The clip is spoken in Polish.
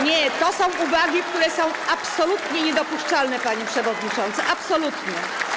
Nie, to są uwagi, które są absolutnie niedopuszczalne, panie przewodniczący, absolutnie.